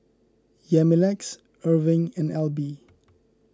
Yamilex Erving and Alby